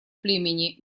племени